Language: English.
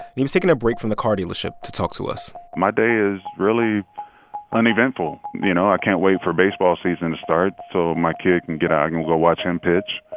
he's taking a break from the car dealership to talk to us my day is really uneventful, you know. i can't wait for baseball season to start so my kid can get out. i can go watch him pitch.